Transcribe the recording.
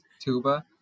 Tuba